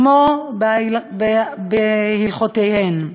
כמו בהלכותיהן ונוסחיהן.